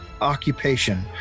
occupation